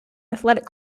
athletic